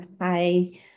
Hi